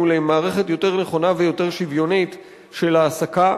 למערכת יותר נכונה ויותר שוויונית של העסקה,